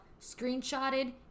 screenshotted